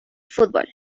football